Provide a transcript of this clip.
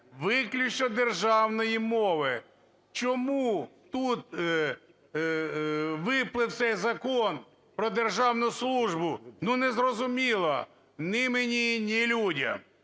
виключно державної мови. Чому тут виплив цей Закон "Про державну службу"? Незрозуміло ні мені, ні людям.